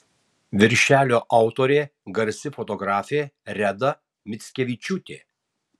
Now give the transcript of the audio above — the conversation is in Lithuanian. viršelio autorė garsi fotografė reda mickevičiūtė